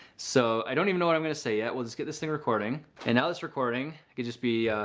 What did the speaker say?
so, i don't even know what i'm going to say. yeah we'll just get this thing recording and now this recording could just be,